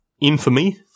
infamy